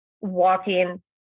walking